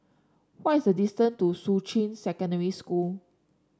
what is the distant to Shuqun Secondary School